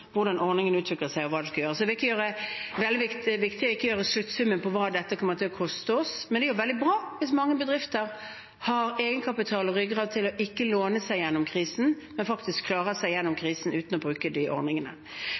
hvordan ordningen utvikler seg, og hva de skal gjøre. Det er veldig viktig ikke å gjøre opp sluttsummen på hva dette kommer til å koste oss. Og det er jo veldig bra hvis mange bedrifter har egenkapital og ryggrad til ikke å låne seg gjennom krisen, men faktisk klarer seg gjennom krisen uten å bruke de ordningene.